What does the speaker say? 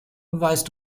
weißt